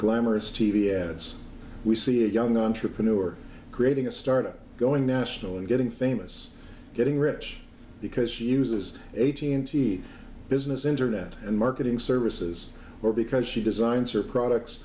glamorous t v ads we see a young entrepreneur creating a startup going national and getting famous getting rich because she uses a teensy business internet and marketing services or because she designs her products